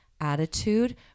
attitude